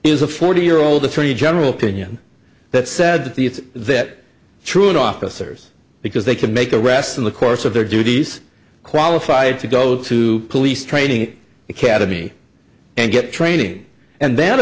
is a forty year old attorney general opinion that said that the its that truant officers because they could make arrests in the course of their duties qualified to go to police training academy and get training and th